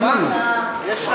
יש,